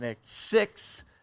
six